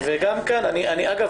אגב,